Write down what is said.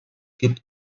gibt